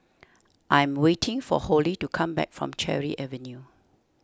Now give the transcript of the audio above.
I am waiting for Holly to come back from Cherry Avenue